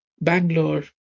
Bangalore